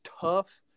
tough